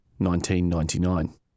1999